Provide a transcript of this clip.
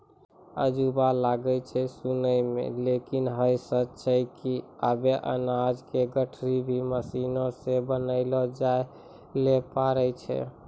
अजूबा लागै छै सुनै मॅ लेकिन है सच छै कि आबॅ अनाज के गठरी भी मशीन सॅ बनैलो जाय लॅ पारै छो